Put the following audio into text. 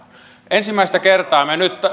ensimmäistä kertaa me nyt